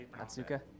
Atsuka